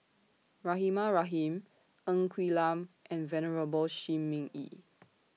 Rahimah Rahim Ng Quee Lam and Venerable Shi Ming Yi